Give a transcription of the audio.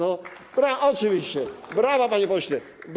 Oczywiście, brawa, panie pośle.